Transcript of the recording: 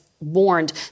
warned